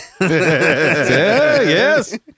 yes